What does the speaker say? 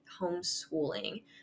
homeschooling